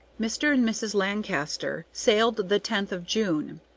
mr. and mrs. lancaster sailed the tenth of june,